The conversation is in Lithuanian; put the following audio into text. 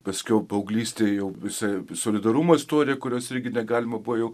paskiau paauglystėj jau visai solidarumo istorija kurios irgi negalima buvo jau